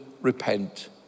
repent